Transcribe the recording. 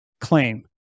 claim